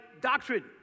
doctrine